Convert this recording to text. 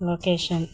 location